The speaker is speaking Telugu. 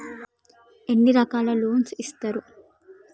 ఎన్ని రకాల లోన్స్ ఇస్తరు?